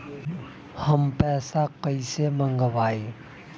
हम पैसा कईसे मंगवाई?